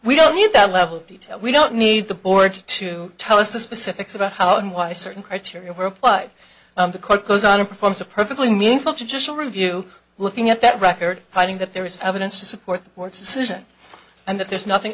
we don't need that level of detail we don't need the board to tell us the specifics about how and why certain criteria were applied the court goes on performs a perfectly meaningful traditional review looking at that record finding that there is evidence to support the court's decision and that there's nothing